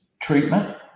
treatment